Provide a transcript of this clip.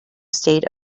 state